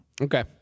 Okay